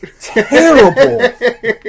terrible